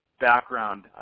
background